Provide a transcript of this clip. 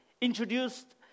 introduced